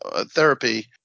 therapy